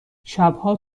شبها